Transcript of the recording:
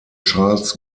charles